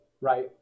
right